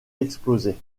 explosé